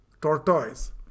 tortoise